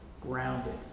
grounded